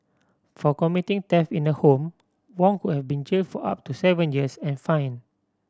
for committing theft in a home Wong could have been jailed for up to seven years and fined